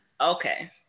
okay